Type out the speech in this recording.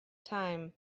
time